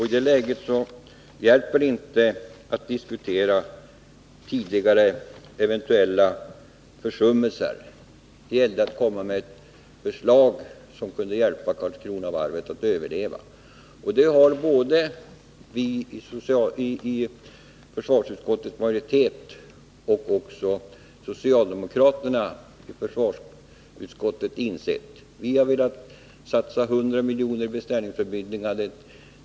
I det läget fyllde det inte någon funktion att diskutera tidigare eventuella försummelser. Det gällde således att komma med förslag som kunde hjälpa Karlskronavarvet att överleva. Det har både vi i försvarsutskottets majoritet och socialdemokraterna i försvarsutskottet insett. Vi har velat satsa 100 milj.kr. i beställningsbemyndigande.